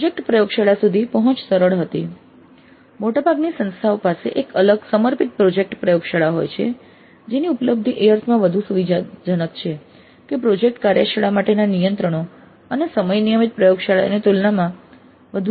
project પ્રયોગશાળા સુધી પંહોંચ સરળ હતી મોટાભાગની સંસ્થાઓ પાસે એક અલગ સમર્પિત પ્રોજેક્ટ પ્રયોગશાળા હોય છે જેની ઉપલબ્ધી એ અર્થમાં વધુ સુવિધાજનક છે કે પ્રોજેક્ટ કાર્યશાળા માટેના નિયંત્રણો અને સમય નિયમિત પ્રયોગશાળાઓની તુલનામાં વધુ સુવિધાજનક છે